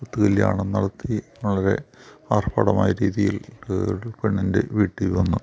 ഒത്ത് കല്യാണം നടത്തി വളരെ ആർഭാടമായ രീതിയിൽ പെണ്ണിൻ്റെ വീട്ടീൽ വന്ന്